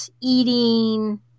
eating